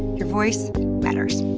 your voice matters.